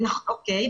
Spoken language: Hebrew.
אוקיי.